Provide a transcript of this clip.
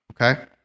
Okay